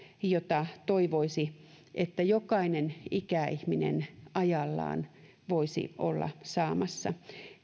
jota toivoisi että jokainen ikäihminen ajallaan voisi olla saamassa